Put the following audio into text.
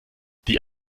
die